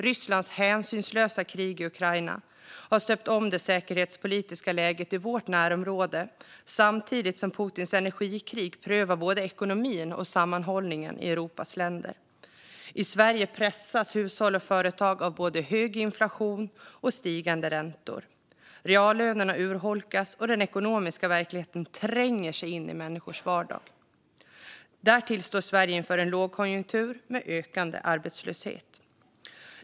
Rysslands hänsynslösa krig i Ukraina har stöpt om det säkerhetspolitiska läget i vårt närområde. Samtidigt prövar Putins energikrig både ekonomin och sammanhållningen i Europas länder. I Sverige pressas hushåll och företag av både hög inflation och stigande räntor. Reallönerna urholkas, och den ekonomiska verkligheten tränger sig in i människors vardag. Därtill står Sverige inför en lågkonjunktur med ökande arbetslöshet.